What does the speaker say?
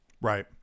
Right